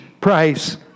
price